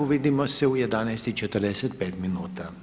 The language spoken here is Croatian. Vidimo se u 11 i 45 minuta.